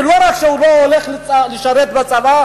ולא רק שהוא לא הולך לשרת בצבא,